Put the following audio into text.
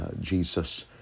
Jesus